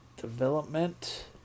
Development